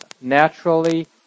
naturally